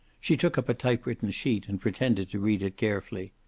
she took up a typewritten sheet and pretended to read it carefully.